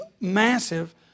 massive